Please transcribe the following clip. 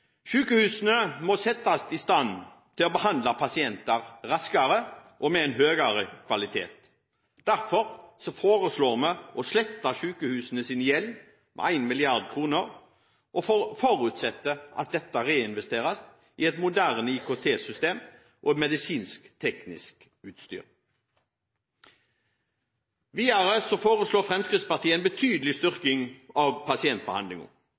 Sykehusene må settes i stand til å behandle pasienter raskere og med høyere kvalitet. Derfor foreslår vi å slette sykehusenes gjeld med 1 mrd. kr, og vi forutsetter at dette reinvesteres i et moderne IKT-system og medisinsk-teknisk utstyr. Videre foreslår Fremskrittspartiet en betydelig styrking av pasientbehandlingen.